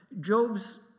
Job's